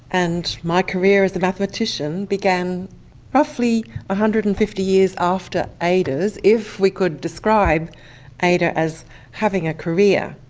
and my career as a mathematician began roughly one ah hundred and fifty years after ada's, if we could describe ada as having a career.